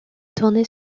tourner